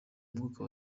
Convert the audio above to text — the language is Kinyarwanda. umwuka